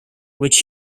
which